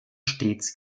stets